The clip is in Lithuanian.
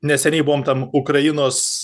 neseniai buvom tam ukrainos